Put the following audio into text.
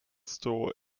store